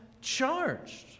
charged